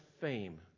fame